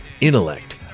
Intellect